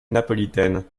napolitaine